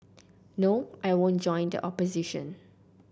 no I won't join the opposition